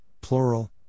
plural